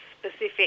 Specific